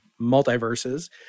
multiverses